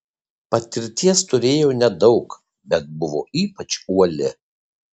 patirties turėjo nedaug bet buvo ypač uoli